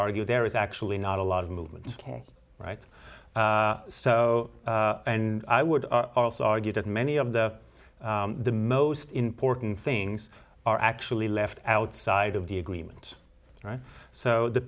argue there is actually not a lot of movement right so and i would also argue that many of the the most important things are actually left outside of the agreement right so the